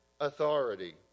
authority